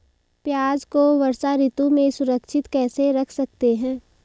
प्याज़ को वर्षा ऋतु में सुरक्षित कैसे रख सकते हैं?